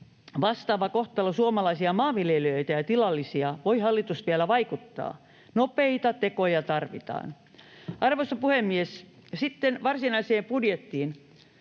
vastaava kohtalo suomalaisia maanviljelijöitä ja tilallisia, voi hallitus vielä vaikuttaa. Nopeita tekoja tarvitaan. Arvoisa puhemies! Sitten varsinaiseen budjettiin: